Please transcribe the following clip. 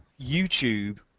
youtube